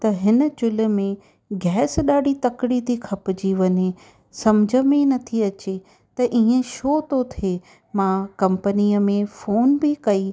त हिन चुल्हि में गैस ॾाढी तकिड़ी थी खपिजी वञे सम्झ में ई नथी अचे त ईअं छो थो थिए मां कंपनीअ में फ़ोन बि कई